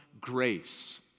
Grace